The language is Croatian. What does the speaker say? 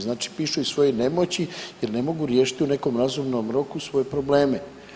Znači pišu iz svoje nemoći jer ne mogu riješiti u nekom razumnom roku svoje probleme.